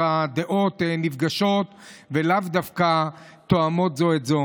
הדעות נפגשות ולאו דווקא תואמות זו את זו.